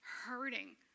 hurting